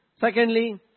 Secondly